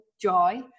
joy